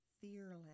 fearless